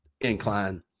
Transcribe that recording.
incline